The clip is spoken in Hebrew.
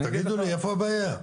תגידו לי איפה הבעיה.